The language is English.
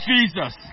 Jesus